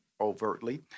overtly